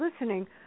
listening